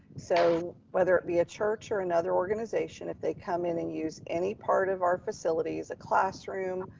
so whether it be a church or another organization, if they come in and use any part of our facilities, a classroom,